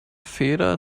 feder